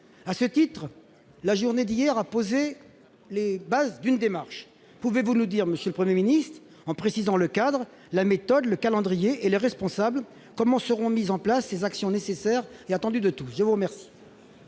À ce titre, la journée d'hier a posé les bases d'une démarche. Pouvez-vous nous dire, monsieur le Premier ministre, en précisant le cadre, la méthode, le calendrier et les responsables, comment seront mises en place ces actions nécessaires et attendues de tous ? La parole